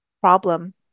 problem